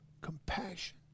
compassion